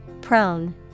Prone